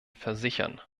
versichern